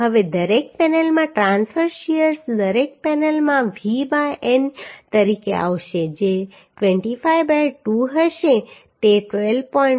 હવે દરેક પેનલમાં ટ્રાંસવર્સ શીયર દરેક પેનલમાં V બાય n તરીકે આવશે જે 25 બાય 2 હશે તે 12